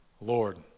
Lord